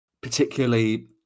particularly